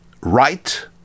right